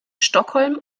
stockholm